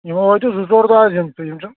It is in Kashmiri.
یِمَن وٲتوٕ زٕ ژوٗر دۅہ اَز یِنسٕے یِم چھِنہٕ